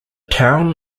town